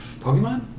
Pokemon